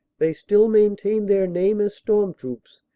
they still maintained their name as storm troops,